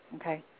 okay